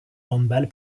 handball